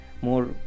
more